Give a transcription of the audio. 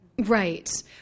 Right